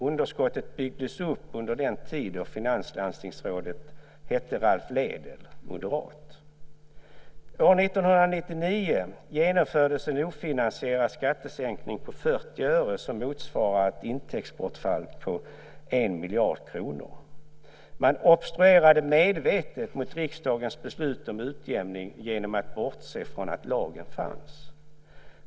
Underskotten byggdes upp under den tid då finanslandstingsrådet hette Ralph Lédel, moderat. År 1999 genomfördes en ofinansierad skattesänkning på 40 öre som motsvarade ett intäktsbortfall på 1 miljard kronor. Man obstruerade medvetet mot riksdagens beslut om utjämning genom att bortse från att lagen fanns.